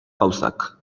gauzak